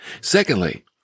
Secondly